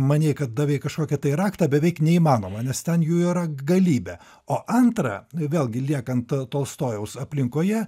manei kad davei kažkokią tai raktą beveik neįmanoma nes ten jų yra galybė o antra vėlgi liekant tolstojaus aplinkoje